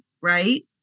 right